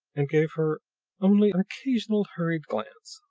and gave her only an occasional hurried glance.